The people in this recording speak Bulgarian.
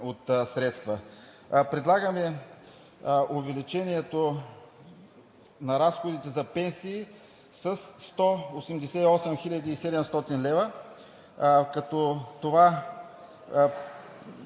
от средства“. Предлагаме: „Увеличението на разходите за пенсии със 188 хил. 700 лв.“, като това